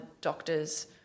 doctors